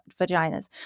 vaginas